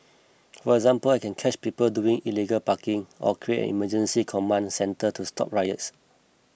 for example I can catch people doing illegal parking or create an emergency command centre to stop riots